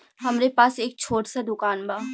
हमरे पास एक छोट स दुकान बा